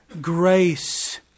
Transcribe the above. grace